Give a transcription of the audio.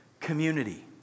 community